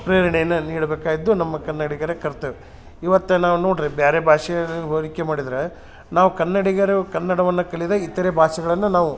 ಪ್ರೇರಣೆಯನ್ನ ನೀಡಬೇಕಾಗಿದ್ದು ನಮ್ಮ ಕನ್ನಡಿಗರ ಕರ್ತವ್ಯ ಇವತ್ತು ನಾವು ನೋಡ್ರಿ ಬ್ಯಾರೆ ಭಾಷೆಗೆ ಹೋಲಿಕೆ ಮಾಡಿದ್ರೆ ನಾವು ಕನ್ನಡಿಗರು ಕನ್ನಡವನ್ನ ಕಲಿದೆ ಇತರೆ ಭಾಷೆಗಳನ್ನ ನಾವು